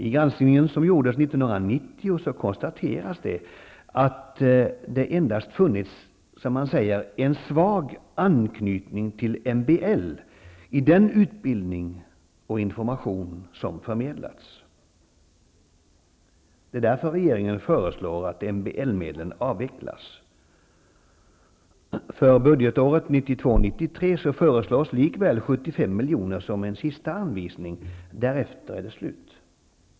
I granskningen, som gjordes 1990, konstateras att det funnits, som man säger, endast en svag anknytning till MBL i den utbildning och information som förmedlats. Regeringen föreslår därför att MBL-medlen avvecklas. För budgetåret 1992/93 föreslås likväl 75 miljoner som en sista anvisning. Därefter är det slut.